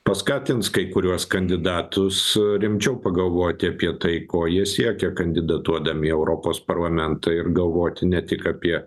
paskatins kai kuriuos kandidatus rimčiau pagalvoti apie tai ko jie siekia kandidatuodami į europos parlamentą ir galvoti ne tik apie